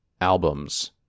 albums